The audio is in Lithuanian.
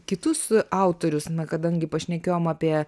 kitus autorius na kadangi pašnekėjom apie